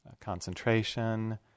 concentration